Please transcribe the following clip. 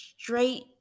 Straight